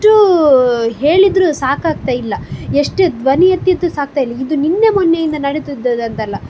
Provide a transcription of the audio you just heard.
ಎಷ್ಟು ಹೇಳಿದರೂ ಸಾಕಾಗ್ತಾಯಿಲ್ಲ ಎಷ್ಟೇ ಧ್ವನಿ ಎತ್ತಿದರೂ ಸಾಗ್ತಾಯಿಲ್ಲ ಇದು ನಿನ್ನೆ ಮೊನ್ನೆಯಿಂದ ನಡೆತಿದ್ದದಂತಲ್ಲ